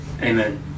Amen